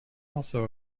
also